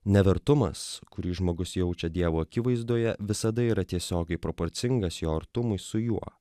nevertumas kurį žmogus jaučia dievo akivaizdoje visada yra tiesiogiai proporcingas jo artumui su juo